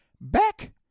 Back